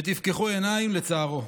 ותפתחו עיניים לצערו.